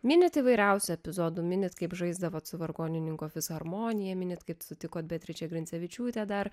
mini įvairiausių epizodų mini kaip žaisdavote su vargonininko fisharmonija minėti kaip sutikote beatričę grincevičiūtę dar